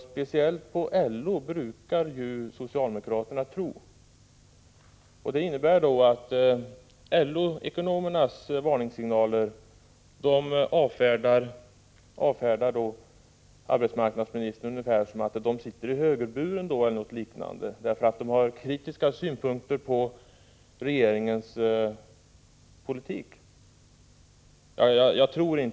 Socialdemokraterna brukar ju tro på LO, men nu tycks arbetsmarknadsministern avfärda LO-ekonomernas varningssignaler som om de sitter i högerburen. De har nämligen kritiska synpunkter på regeringens politik.